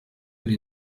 been